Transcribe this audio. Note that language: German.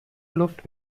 luft